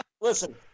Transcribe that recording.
Listen